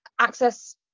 access